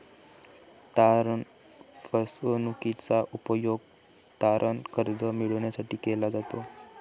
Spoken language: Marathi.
तारण फसवणूकीचा उपयोग तारण कर्ज मिळविण्यासाठी केला जातो